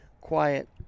quiet